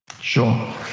Sure